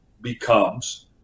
becomes